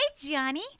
Johnny